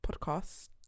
podcast